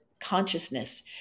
consciousness